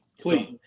please